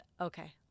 okay